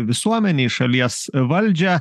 visuomenei šalies valdžią